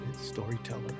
storyteller